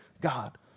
God